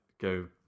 go